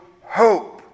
hope